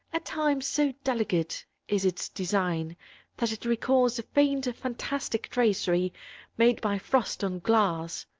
at times so delicate is its design that it recalls the faint fantastic tracery made by frost on glass.